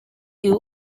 you